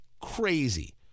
crazy